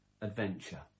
adventure